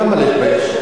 למה להתבייש?